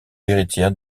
héritière